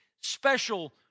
special